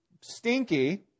stinky